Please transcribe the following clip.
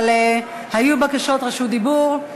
אבל היו בקשות רשות דיבור,